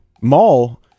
mall